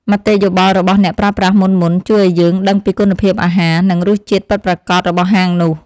មតិយោបល់របស់អ្នកប្រើប្រាស់មុនៗជួយឱ្យយើងដឹងពីគុណភាពអាហារ និងរសជាតិពិតប្រាកដរបស់ហាងនោះ។